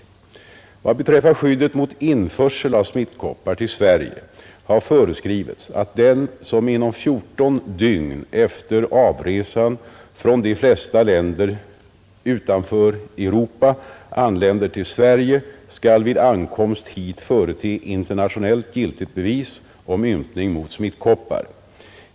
Vad beträffar skyddet mot införsel av smittkoppor till Sverige har föreskrivits, att den som inom 14 dygn efter avresa från de flesta länder utanför Europa anländer till Sverige skall vid ankomsten hit förete internationellt giltigt bevis om ympning mot smittkoppor.